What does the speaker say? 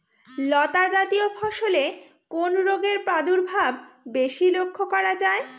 লতাজাতীয় ফসলে কোন রোগের প্রাদুর্ভাব বেশি লক্ষ্য করা যায়?